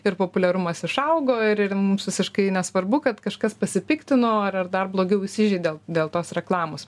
ir populiarumas išaugo ir ir mums visiškai nesvarbu kad kažkas pasipiktino ar ar dar blogiau įsižeidė dėl dėl tos reklamos